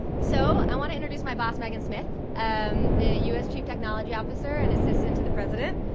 so, i want to introduce my boss megan smith, and the u s. chief technology officer and assistant to the president.